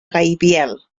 gaibiel